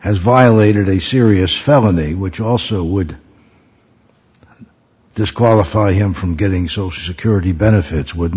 has violated a serious felony which also would disqualify him from getting social security benefits would